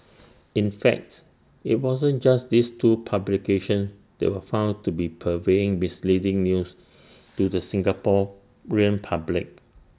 in facts IT wasn't just these two publications that were found to be purveying misleading news to the Singaporean public